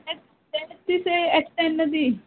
तेत दीस एट तेन्ना दी